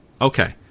Okay